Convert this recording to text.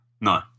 No